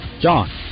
John